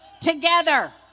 together